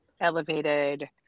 elevated